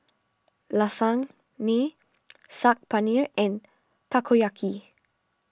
Lasagne Saag Paneer and Takoyaki